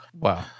Wow